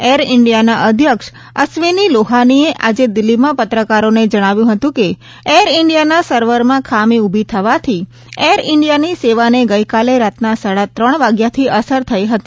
air ઈન્ડિયાના અધ્યક્ષ અસ્વીની લોહાનીએ આજે દીલ્હીમાં પત્રકારોને જણાવ્યું હતું કે એર ઈન્ડિયાના સર્વરમાં ખામી ઉભી થવાથી એર ઈન્ડિયાની સેવાને ગઈકાલે રાતના સાડા ત્રણ વાગ્યાથી અસર થઈ હતી